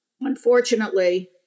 unfortunately